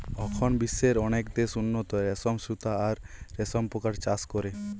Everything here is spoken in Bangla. অখন বিশ্বের অনেক দেশ উন্নত রেশম সুতা আর রেশম পোকার চাষ করে